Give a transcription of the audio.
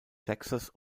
texas